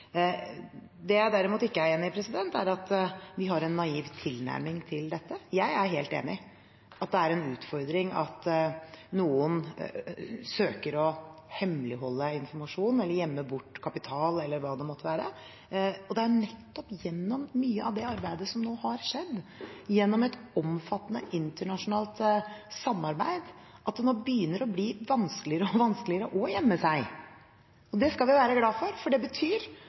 Det jeg derimot ikke er enig i, er at vi har en naiv tilnærming til dette. Jeg er helt enig i at det er en utfordring at noen søker å hemmeligholde informasjon, eller gjemme bort kapital eller hva det måtte være, og det er nettopp gjennom mye av det arbeidet som nå har skjedd, gjennom et omfattende internasjonalt samarbeid, at det nå begynner å bli vanskeligere og vanskeligere å gjemme seg. Det skal vi være glad for, for det betyr